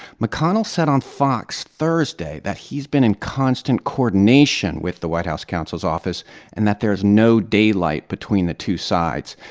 mcconnell said on fox thursday that he's been in constant coordination with the white house counsel's office and that there's no daylight between the two sides.